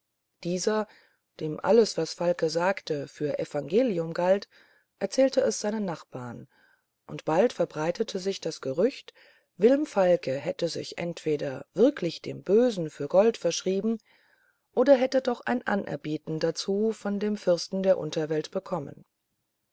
dieser dem alles was falke sagte für evangelium galt erzählte es seinen nachbarn und bald verbreitete sich das gerücht wilm falke hätte sich entweder wirklich dem bösen für gold verschrieben oder hätte doch ein anerbieten dazu von dem fürsten der unterwelt bekommen